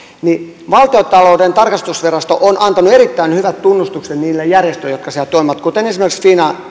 niin valtiontalouden tarkastusvirasto on antanut erittäin hyvän tunnustuksen niille järjestöille jotka siellä toimivat kuten esimerkiksi